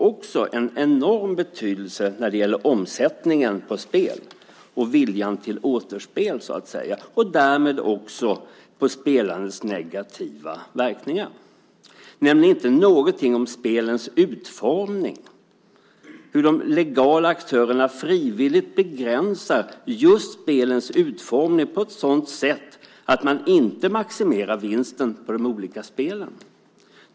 Också det har enorm betydelse när det gäller omsättningen på spel och viljan till återspel så att säga och därmed också när det gäller de negativa verkningarna för spelaren. Inte någonting nämns om spelens utformning, om hur de legala aktörerna frivilligt begränsar just spelens utformning på ett sådant sätt att man inte maximerar vinsten på de olika spelen.